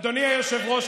אדוני היושב-ראש,